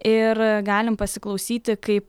iir galim pasiklausyti kaip